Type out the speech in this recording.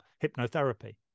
hypnotherapy